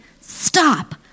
stop